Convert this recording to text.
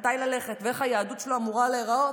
מתי ללכת ואיך היהדות שלו אמורה להיראות,